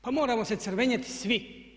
Pa moramo se crvenjeti svi.